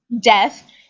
death